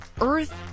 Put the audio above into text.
Earth